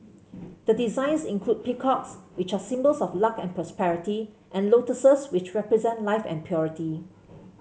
the designs include peacocks which are symbols of luck and prosperity and lotuses which represent life and purity